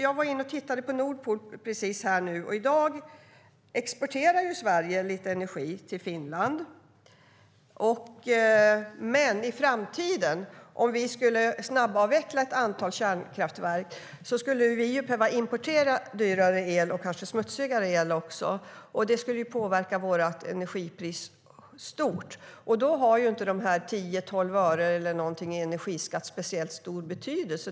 Jag tittade precis på Nord Pool. I dag exporterar Sverige lite energi till Finland. Men om vi skulle snabbavveckla ett antal kärnkraftverk skulle vi i framtiden behöva importera dyrare el, och kanske smutsigare el. Det skulle ha stor påverkan på vårt energipris. Då har inte 10 eller 12 öre i energiskatt speciellt stor betydelse.